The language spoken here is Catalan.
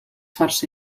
força